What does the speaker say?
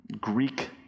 Greek